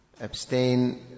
Abstain